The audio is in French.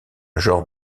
genre